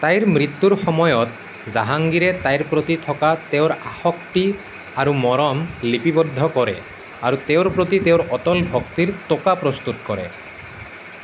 তাইৰ মৃত্যুৰ সময়ত জাহাংগীৰে তাইৰ প্ৰতি থকা তেওঁৰ আসক্তি আৰু মৰম লিপিবদ্ধ কৰে আৰু তেওঁৰ প্ৰতি তেওঁৰ অটল ভক্তিৰ টোকা প্ৰস্তুত কৰে